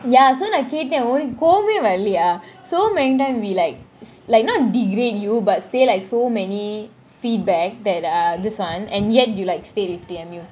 ya so நான் கேட்டான் உன்னக்கு கோவமே வரலையா :naan keatan unnaku kovamey varalaya so many time we like like not degrade you but say like so many feedback that uh this one and yet you like stay with T_M_U